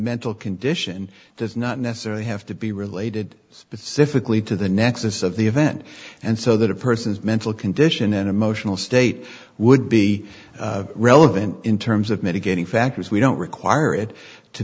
mental condition does not necessarily have to be related specifically to the nexus of the event and so that a person's mental condition and emotional state would be relevant in terms of mitigating factors we don't require it to